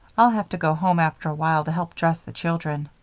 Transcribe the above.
i'll have to go home after a while to help dress the children.